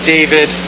David